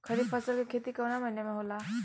खरीफ फसल के खेती कवना महीना में होला?